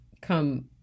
come